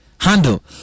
handle